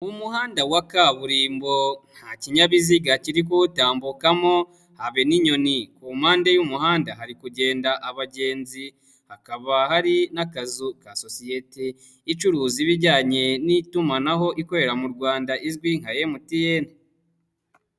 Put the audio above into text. Umuhanda wa kaburimbo nta kinyabiziga kiri kuwutambukamo habe n'inyoni, ku mpande y'umuhanda hari kugenda abagenzi hakaba hari n'akazu ka sosiyete icuruza ibijyanye n'itumanaho ikorera mu Rwanda izwi nka MTN.